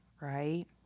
right